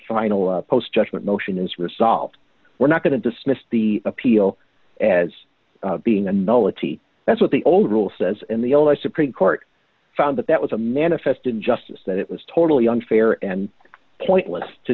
final post judgment motion is resolved we're not going to dismiss the appeal as being a nullity that's what the old rule says and the only supreme court found that that was a manifest injustice that it was totally unfair and pointless to